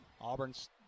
Auburn's